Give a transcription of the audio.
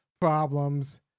problems